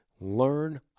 learn